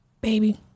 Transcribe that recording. Baby